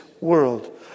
world